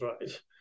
right